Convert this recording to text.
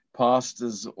pastors